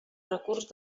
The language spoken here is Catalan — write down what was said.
recurs